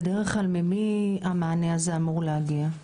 בדרך כלל ממי המענה הזה אמור להגיע?